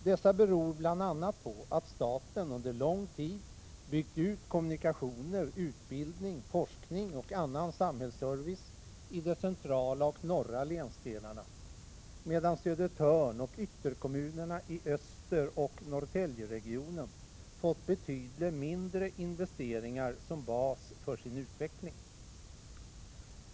Dessa beror bl.a. på att staten under lång tid byggt ut kommunikationer, utbildning, forskning och annan samhällsservice i de centrala och norra länsdelarna, medan Södertörn och ytterkommunerna i öster och Norrtäljeregionen fått betydligt mindre investeringar som bas för sin utveckling.